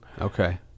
Okay